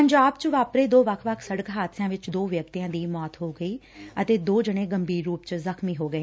ਪੰਜਾਬ ਵਿਚ ਵਾਪਰੇ ਦੋ ਵੱਖ ਵੱਖ ਸੜਕ ਹਾਦਸਿਆਂ ਵਿਚ ਦੋ ਵਿਅਕਤੀ ਦੀ ਮੌਤ ਹੋ ਗਈ ਅਤੇ ਦੋ ਜਣੇ ਗੰਭੀਰ ਰੁਪ ਵਿਚ ਜੁਖਮੀ ਹੋ ਗਏ